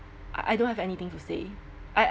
I I don't have anything to say I